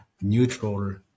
neutral